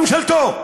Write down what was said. וממשלתו,